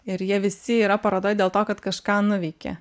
ir jie visi yra parodoj dėl to kad kažką nuveikia